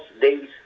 days